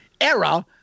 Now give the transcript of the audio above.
era